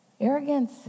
arrogance